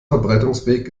verbreitungsweg